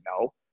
no